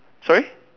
sorry